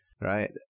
right